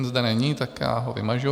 Zde není, tak ho vymažu.